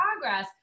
progress